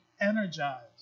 energized